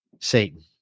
Satan